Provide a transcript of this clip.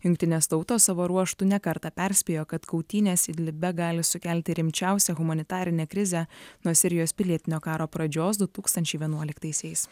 jungtinės tautos savo ruožtu ne kartą perspėjo kad kautynės idlibe gali sukelti rimčiausią humanitarinę krizę nuo sirijos pilietinio karo pradžios du tūkstančiai vienuoliktaisiais